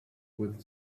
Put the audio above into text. with